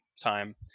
time